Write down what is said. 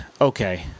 okay